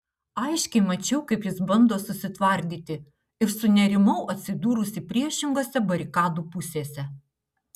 aiškiai mačiau kaip jis bando susitvardyti ir sunerimau atsidūrusi priešingose barikadų pusėse